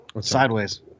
sideways